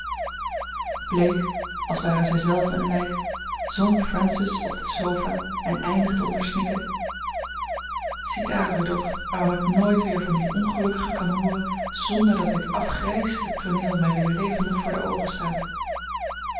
bleek als ware zij zelve een lijk zonk francis op de sofa en eindigde onder snikken ziedaar rudolf waarom ik nooit weer van dien ongelukkige kan hooren zonder dat dit afgrijselijk tooneel mij weer levendig voor de oogen staat